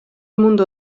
mundo